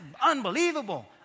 Unbelievable